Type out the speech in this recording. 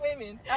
women